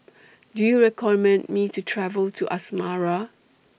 Do YOU recommend Me to travel to Asmara